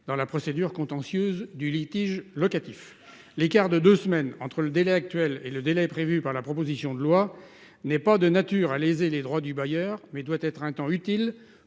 dans la procédure contentieuse du litige locatif, l'écart de deux semaines entre le délai actuel et le délai prévu par la proposition de loi n'est pas de nature à léser les droits du bailleur mais doit être un temps utile